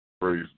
Praise